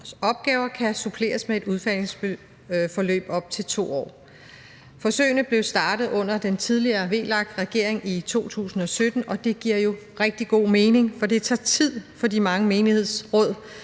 opgaver kan suppleres med et udfasningsforløb på op til 2 år. Forsøgene blev startet under den tidligere VLAK-regering i 2017. Og det giver jo rigtig god mening, for det tager tid for de mange menighedsråd